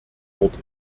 wort